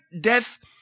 death